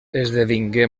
esdevingué